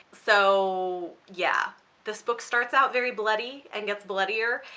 so yeah this book starts out very bloody and gets bloodier.